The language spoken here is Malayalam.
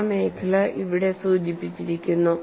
ആ മേഖല ഇവിടെ സൂചിപ്പിച്ചിരിക്കുന്നു